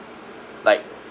like